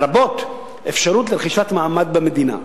לרבות אפשרות רכישת מעמד במדינה.